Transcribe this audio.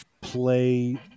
play